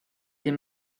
des